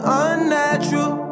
unnatural